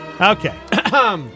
okay